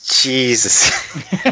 Jesus